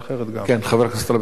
חבר הכנסת טלב אלסאנע?